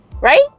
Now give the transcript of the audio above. Right